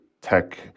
tech